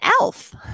elf